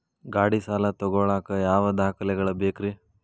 ಗಾಡಿ ಸಾಲ ತಗೋಳಾಕ ಯಾವ ದಾಖಲೆಗಳ ಬೇಕ್ರಿ?